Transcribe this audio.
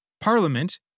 Parliament